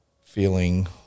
feeling